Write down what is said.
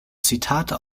zitate